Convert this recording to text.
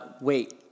Wait